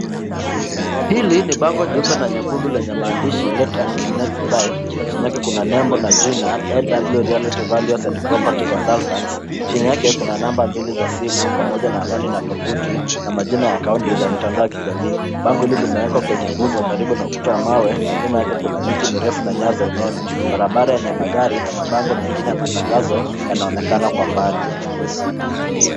Hili ni bango jeupe na nyekundu lenye maandishi [ Let and managed by]chini yake kuna nembo na jina [Aw reality values and property consultants]chini yake kuna namba mbili za simu pamoja na anwani na tovuti na majina ya kaunti za mitandao ya kijamii, Bango hili limewekwa kwenye nguzo karibu na kuta mawe na nyuma yake kuna miti mirefu na nyaya za umeme. Barabara yenye magari na mabango mengine ya matangazo yanaonekana kwa mbali.